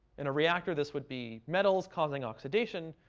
in a reactor, this would be metals causing oxidation.